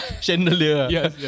Chandelier